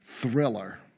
Thriller